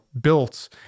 built